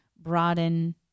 broaden